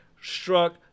struck